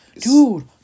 dude